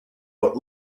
what